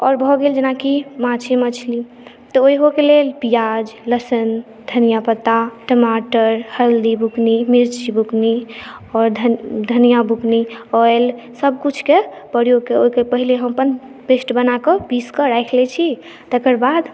आओर भऽ गेल जेनाकि माँछे मछली तऽ ओहियो के लेल प्याज लहसन धनिया पत्ता टमाटर हल्दी बुकनी मिर्ची बुकनी आओर धनिया बुकनी आयल सबकिछु के प्रयोग करय के पहिले हम अपन पेस्ट बना कऽ पीस कऽ राखि लै छी तकरबाद